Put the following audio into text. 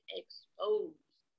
exposed